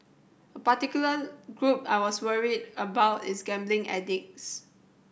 a particular group I was worried about is gambling addicts